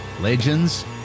legends